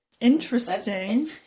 Interesting